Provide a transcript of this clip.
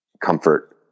comfort